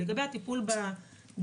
לגבי הטיפול בדיווחים